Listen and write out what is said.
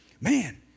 Man